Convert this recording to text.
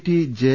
T J